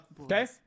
okay